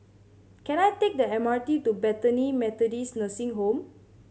can I take the M R T to Bethany Methodist Nursing Home